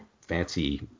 fancy